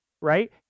right